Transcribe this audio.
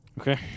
Okay